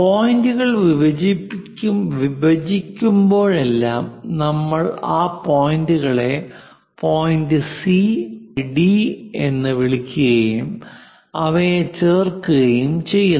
പോയിന്റുകൾ വിഭജിക്കുമ്പോഴെല്ലാം നമ്മൾ ഈ പോയിന്റുകളെ പോയിന്റ് സി പോയിന്റ് ഡി എന്ന് വിളിക്കുകയും അവയെ ചേർക്കുകയും ചെയ്യുന്നു